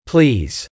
Please